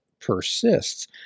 persists